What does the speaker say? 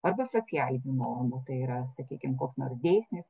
arba socialinių normų tai yra sakykim koks nors dėsnis